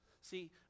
see